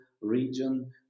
region